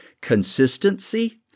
consistency